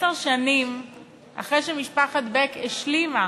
עשר שנים אחרי שמשפחת בק השלימה